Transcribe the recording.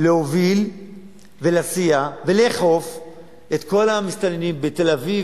להוביל ולהסיע ולאכוף את כל המסתננים בתל-אביב,